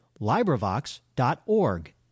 LibriVox.org